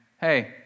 Hey